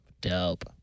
Dope